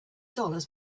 dollars